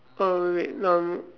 oh wait wait